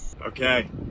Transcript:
Okay